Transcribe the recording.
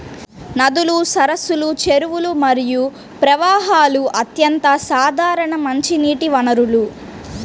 నదులు, సరస్సులు, చెరువులు మరియు ప్రవాహాలు అత్యంత సాధారణ మంచినీటి వనరులు